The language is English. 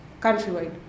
countrywide